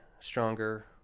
stronger